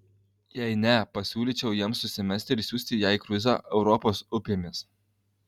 jei ne pasiūlyčiau jiems susimesti ir išsiųsti ją į kruizą europos upėmis